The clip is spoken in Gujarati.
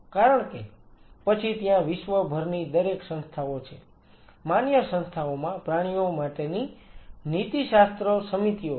કારણ કે પછી ત્યાં વિશ્વભરની દરેક સંસ્થાઓ છે માન્ય સંસ્થાઓમાં પ્રાણીઓ માટેની નીતિશાસ્ત્ર સમિતિઓ છે